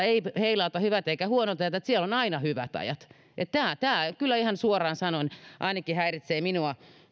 eivät heilauta hyvät eivätkä huonot ajat vaan siellä on aina hyvät ajat tämä kyllä ihan suoraan sanoen häiritsee ainakin